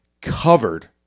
covered